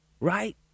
right